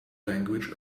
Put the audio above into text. language